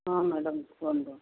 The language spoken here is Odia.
ହଁ ମ୍ୟାଡ଼ାମ୍ କୁହନ୍ତୁ